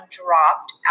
dropped